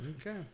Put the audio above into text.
Okay